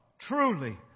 truly